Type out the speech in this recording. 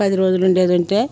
పది రోజులుండేది ఉంటే